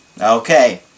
Okay